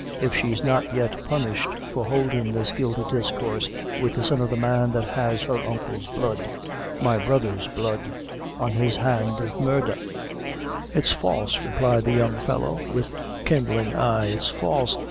if she's not yet punished for holdin' this guilty discoorse with the son of the man that has her uncle's blood my brother's blood on his hand of murdher it's false, replied the young fellow, with kindling eye it's false,